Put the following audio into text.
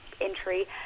entry